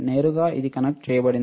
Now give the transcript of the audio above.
నేరుగా ఇది కనెక్ట్ చేయబడింది